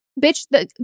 Bitch